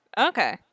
Okay